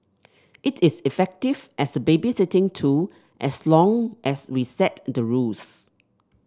it is effective as a babysitting tool as long as we set the rules